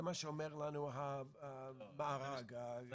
זה מה שאומר לנו המארג -- לא,